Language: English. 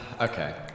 okay